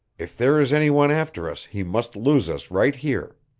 if there is any one after us he must lose us right here.